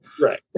right